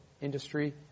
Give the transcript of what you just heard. industry